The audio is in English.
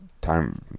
time